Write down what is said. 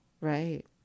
Right